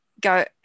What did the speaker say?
go